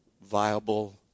viable